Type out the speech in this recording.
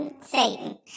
Satan